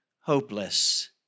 hopeless